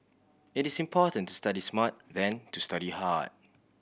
it is important to study smart than to study hard